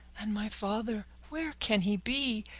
and my father where can he be?